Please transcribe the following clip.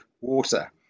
water